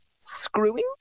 screwing